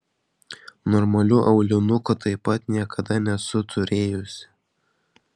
normalių aulinukų taip pat niekada nesu turėjusi